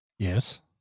Yes